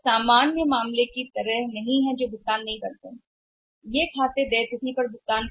वे उस सामान्य मामले को सामान्य नहीं करते हैं जो वे डिफ़ॉल्ट करते हैं जो वे बनाते हैं देय तिथि पर भुगतान